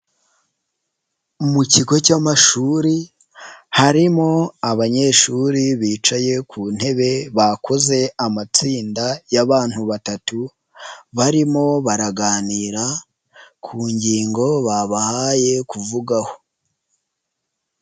Mu kigo cy'amashuri, harimo abanyeshuri bicaye ku ntebe bakoze amatsinda y'abantu batatu, barimo baraganira ku ngingo babahaye kuvugaho.